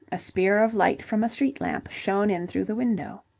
a spear of light from a street lamp shone in through the window.